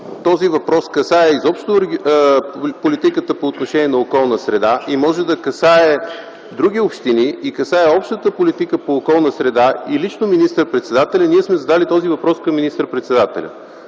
този въпрос касае политиката по отношение на околната среда и може да касае други общини, и касае общата политика по околната среда и лично министър-председателя, ние сме задали въпроса към министър-председателя.